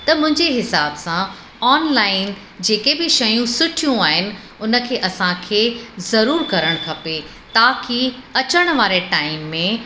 त मुंहिंजे हिसाब सां ऑनलाइन जेके बि शयूं सुठियूं आहिनि हुनखे असांखे ज़रूरु करणु खपे ताकि अचण वारे टाइम में